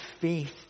faith